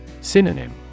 Synonym